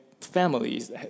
families